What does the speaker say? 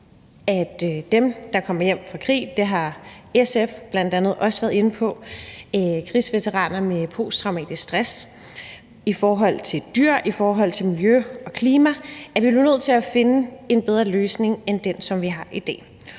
for dem, der kommer hjem fra krig – det har SF bl.a. også været inde på – krigsveteraner med posttraumatisk stress, og dyr og miljø og klima. Vi bliver nødt til at finde en bedre løsning end den, som vi har i dag.